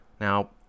Now